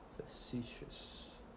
Facetious